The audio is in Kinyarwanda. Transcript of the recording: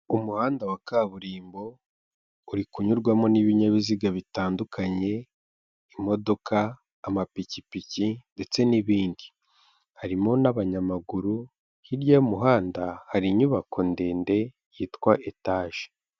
Umuhanda wa kaburimbo uri kunyurwamo n'ibinyabiziga bitandukanye, imodoka, amapikipiki ndetse n'ibindi, harimo n'abanyamaguru, hirya y'umuhanda hari inyubako ndende yitwa etaje.